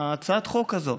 בהצעת חוק הזאת,